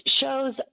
shows